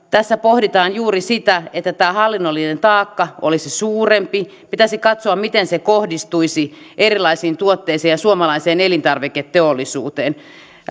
tässä pohditaan juuri sitä että tämä hallinnollinen taakka olisi suurempi pitäisi katsoa miten se kohdistuisi erilaisiin tuotteisiin ja suomalaiseen elintarviketeollisuuteen